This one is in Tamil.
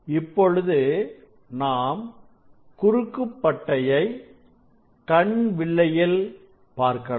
இப்பொழுது நாம் குறுக்குப் பட்டையை கண் வில்லையில் பார்க்கலாம்